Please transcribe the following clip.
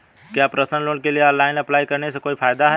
क्या personal loan के लिए ऑनलाइन अप्लाई करने से कोई फायदा है?